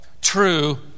true